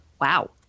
wow